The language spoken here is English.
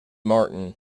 martin